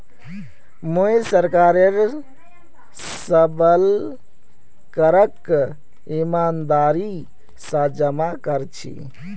मुई सरकारेर सबल करक ईमानदारी स जमा कर छी